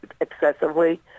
excessively